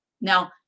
Now